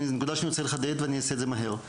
זו נקודה שאני רוצה לחדד ואני אעשה את זה מהר,